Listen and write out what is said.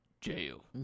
jail